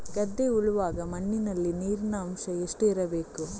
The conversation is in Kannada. ಗದ್ದೆ ಉಳುವಾಗ ಮಣ್ಣಿನಲ್ಲಿ ನೀರಿನ ಅಂಶ ಎಷ್ಟು ಇರಬೇಕು?